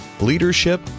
leadership